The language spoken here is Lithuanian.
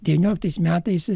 devynioliktais metais